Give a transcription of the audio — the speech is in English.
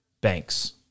Banks